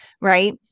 Right